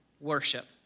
worship